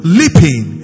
leaping